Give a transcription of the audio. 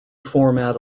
format